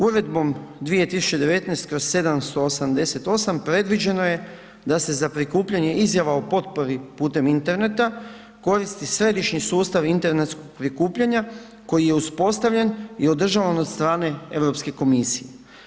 Uredbom 2019/788 predviđeno je da se za prikupljanje izjava o potpori putem interneta koristi središnji sustav internetskog prikupljanja koji je uspostavljen i održavan od strane Europske komisije.